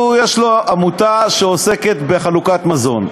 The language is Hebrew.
יש לו עמותה שעוסקת בחלוקת מזון.